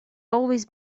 always